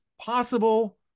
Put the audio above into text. possible